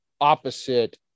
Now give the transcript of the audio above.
opposite